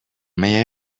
may